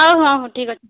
ହଉ ହଁ ହଁ ଠିକ୍ ଅଛି